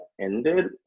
ended